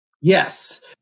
Yes